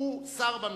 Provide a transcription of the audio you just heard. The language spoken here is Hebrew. הוא שר בממשלה.